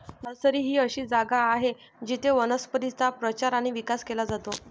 nursery ही अशी जागा आहे जिथे वनस्पतींचा प्रचार आणि विकास केला जातो